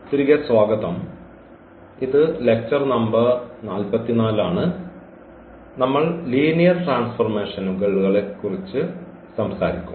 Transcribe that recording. തിരികെ സ്വാഗതം ഇത് ലെക്ച്ചർ നമ്പർ 44 ആണ് നമ്മൾ ലീനിയർ ട്രാൻസ്ഫോർമേഷനുകൾ ളെക്കുറിച്ച് സംസാരിക്കും